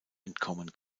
entkommen